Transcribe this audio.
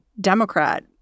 Democrat